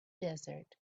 desert